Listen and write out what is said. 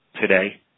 today